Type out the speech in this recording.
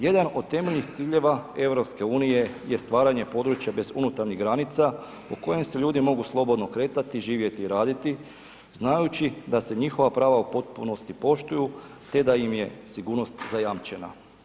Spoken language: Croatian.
Jedan od temeljnih ciljeva EU je stvaranje područja bez unutarnjih granica u kojem se ljudi mogu slobodno kretati, živjeti i raditi znajući da se njihova prava u potpunosti poštuju te da im je sigurnost zajamčena.